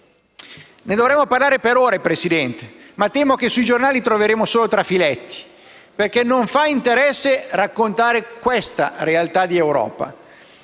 Ne dovremmo parlare per ore, signor Presidente, ma temo che sui giornali troveremo solo trafiletti, perché raccontare questa realtà di Europa